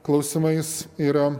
klausimais yra